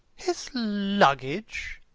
his luggage?